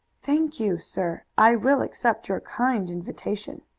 thank you, sir. i will accept your kind invitation.